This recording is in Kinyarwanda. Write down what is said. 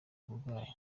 burwayi